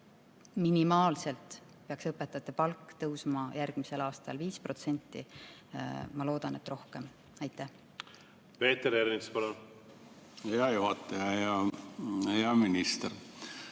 minimaalselt peaks õpetajate palk tõusma järgmisel aastal 5%. Ma loodan, et tõuseb rohkem. Peeter Ernits, palun! Hea juhataja ja hea minister!